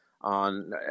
on